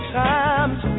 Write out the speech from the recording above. times